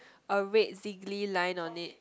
a red ziggly line on it